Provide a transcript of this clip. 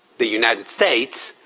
the united states,